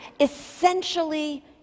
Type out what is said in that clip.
essentially